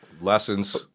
lessons